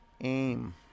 aim